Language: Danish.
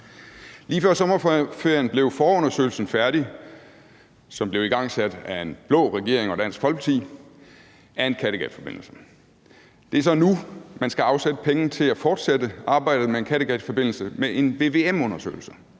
Lige før sommerferien blev forundersøgelsen af en Kattegatforbindelse, som blev igangsat af en blå regering og Dansk Folkeparti, færdig. Det er så nu, man skal afsætte penge til at fortsætte arbejdet med en Kattegatforbindelse med en vvm-undersøgelse.